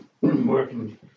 working